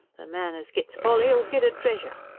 the man as gits polly'll git a treasure.